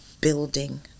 building